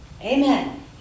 Amen